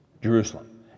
Jerusalem